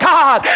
God